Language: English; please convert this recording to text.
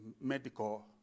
medical